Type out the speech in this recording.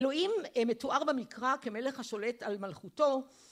לוים מתואר במקרא כמלך השולט על מלכותו